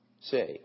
say